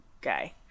guy